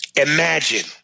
Imagine